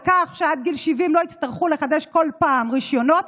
על כך שעד גיל 70 לא יצטרכו לחדש כל פעם רישיונות.